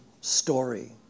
story